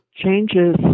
changes